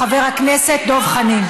חבר הכנסת דב חנין.